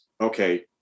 okay